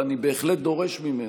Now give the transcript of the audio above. ואני בהחלט דורש ממנה,